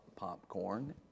popcorn